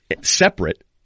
separate